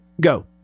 Go